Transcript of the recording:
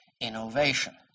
innovation